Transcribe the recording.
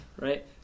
right